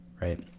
right